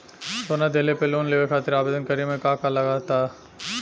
सोना दिहले पर लोन लेवे खातिर आवेदन करे म का का लगा तऽ?